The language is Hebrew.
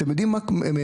אתם יודעים מה המספרים?